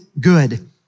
Good